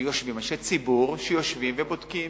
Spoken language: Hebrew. אנשי ציבור שיושבים ובודקים.